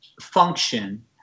function